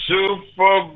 Super